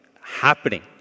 happening